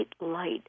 light